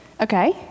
Okay